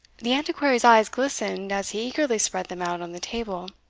the antiquary's eyes glistened as eagerly spread them out on the table.